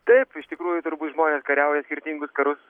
taip iš tikrųjų turbūt žmonės kariauja skirtingus karus